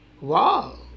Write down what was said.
wow